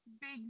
big